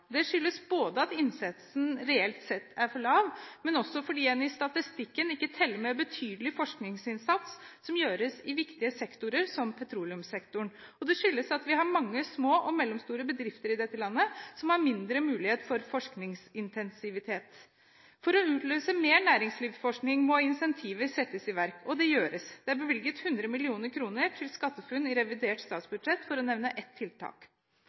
Det skyldes både at innsatsen reelt sett er for lav, men også fordi en i statistikken ikke teller med betydelig forskningsinnsats som gjøres i viktige sektorer, som petroleumssektoren. Det skyldes at vi har mange små og mellomstore bedrifter i dette landet som har mindre mulighet for forskningsintensivitet. For å utløse mer næringslivsforskning må incentiver settes i verk, og det gjøres. Det er bevilget 100 mill. kr til SkatteFUNN i revidert statsbudsjett, for å nevne ett tiltak.